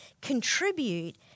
contribute